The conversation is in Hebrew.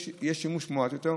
השימוש מועט יותר.